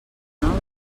nou